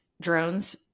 drones